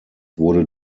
wurde